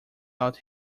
out